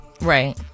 Right